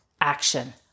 action